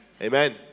Amen